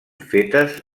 fetes